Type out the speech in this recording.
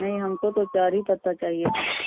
نہیں ہم کو تو چار ہی پتا چاہیے تھا